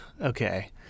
okay